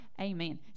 Amen